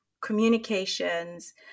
Communications